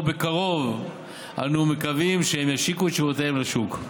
ובקרוב אנו מקווים שהם ישיקו את שירותיהם לשוק.